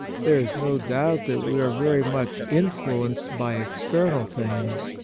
there is no doubt that we are very much influenced by external things,